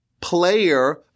player